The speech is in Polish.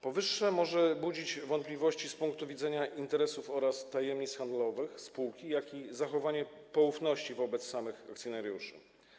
Powyższe może budzić wątpliwości z punktu widzenia interesów oraz tajemnic handlowych spółki, jak i zachowania poufności wobec samych akcjonariuszy.